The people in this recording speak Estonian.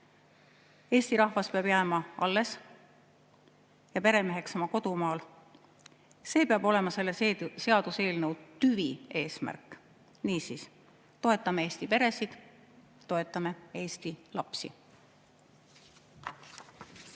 Eesti rahvas peab jääma alles ja peremeheks oma kodumaal. See peab olema selle seaduseelnõu tüvieesmärk. Niisiis, toetame eesti peresid, toetame eesti lapsi!